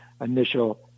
initial